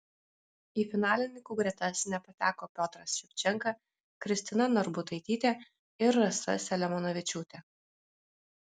į finalininkų gretas nepateko piotras ševčenka kristina narbutaitytė ir rasa selemonavičiūtė